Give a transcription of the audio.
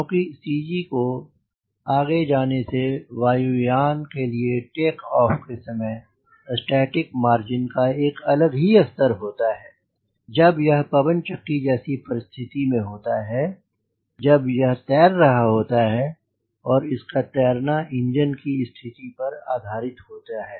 क्योंकि CG के आगे जाने से वायु यान के लिए टेक ऑफ के समय स्टैटिक मार्जिन का एक अलग ही स्तर होता है जब यह पवन चक्की जैसी परिस्थिति में होता है जब यह तैर रहा होता है और इसका तैरना इंजन की स्थिति पर आधारित होती है